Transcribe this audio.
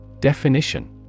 Definition